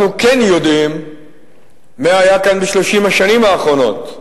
אנחנו כן יודעים מה היה כאן ב-30 השנים האחרונות.